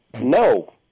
No